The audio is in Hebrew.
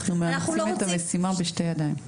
אנחנו מאמצים את המשימה בשתי ידיים.